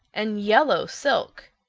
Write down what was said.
and yellow silk.